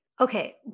Okay